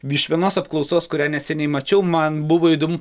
iš vienos apklausos kurią neseniai mačiau man buvo įdomu